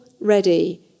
ready